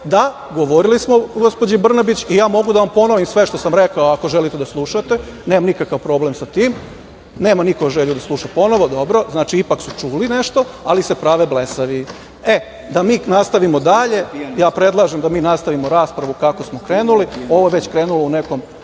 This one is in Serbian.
da, govorili smo o gospođi Brnabić i ja mogu da vam ponovim sve što sam rekao, ako želite da slušate, nemam nikakav problem sa tim, nema niko želju da sluša ponovo, dobro. Znači, ipak su čuli nešto, ali se prave blesavi. Da mi nastavimo dalje, ja predlažem da mi nastavimo raspravu kako smo krenuli. Ovo je već krenulo u nekom